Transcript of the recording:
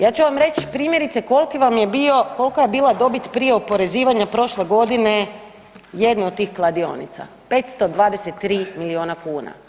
Ja ću vam reći primjerice koliki vam je bio, kolika je bila dobit prije oporezivanja prošle godine jedne od tih kladionica - 523 milijuna kuna.